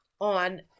on